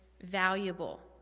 valuable